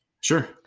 Sure